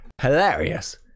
Hilarious